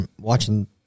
watching